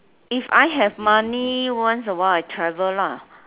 if I have money once a while I travel lah